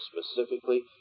specifically